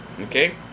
okay